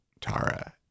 Tara